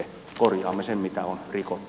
korjaamme sen mitä on rikottu